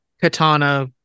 Katana